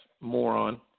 moron